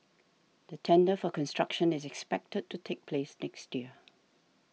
the tender for construction is expected to take place next year